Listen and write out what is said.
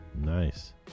nice